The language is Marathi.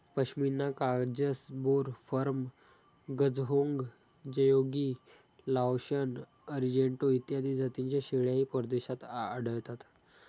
पश्मिना काजस, बोर, फर्म, गझहोंग, जयोगी, लाओशन, अरिजेंटो इत्यादी जातींच्या शेळ्याही परदेशात आढळतात